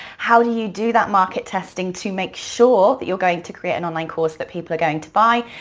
how do you do that market testing to make sure that you're going to create an online course that people are going to buy?